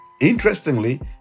Interestingly